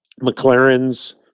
McLarens